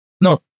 no